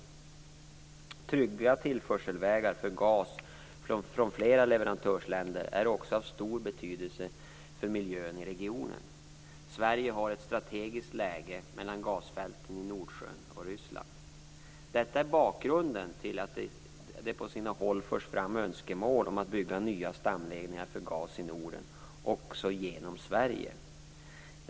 Trygga tillförselvägar för gas från flera leverantörsländer är också av stor betydelse för miljön i regionen. Sverige har ett strategiskt läge mellan gasfälten i Nordsjön och i Ryssland. Detta är bakgrunden till att det på sina håll förs fram önskemål om att bygga nya stamledningar för gas i Norden, också genom Sverige.